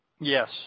Yes